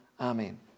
Amen